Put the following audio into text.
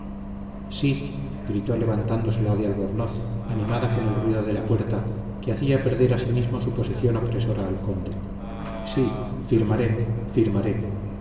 sí gritó levantándose la de albornoz animada con el ruido de la puerta que hacía perder asimismo su posición opresora al conde sí firmaré firmaré